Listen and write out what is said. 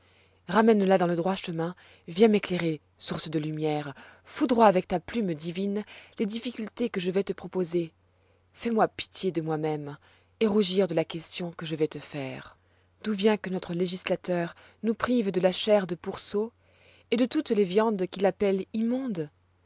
ramène la dans le droit chemin viens m'éclairer source de lumière foudroie avec ta plume divine les difficultés que je vais te proposer fais-moi pitié de moi-même et rougir de la question que je vais te faire d'où vient que notre législateur nous prive de la chair de pourceau et de toutes les viandes qu'il appelle immondes